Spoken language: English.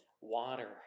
water